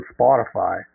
Spotify